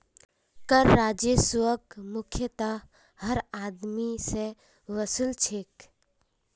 कर राजस्वक मुख्यतयः हर आदमी स वसू ल छेक